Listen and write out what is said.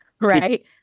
right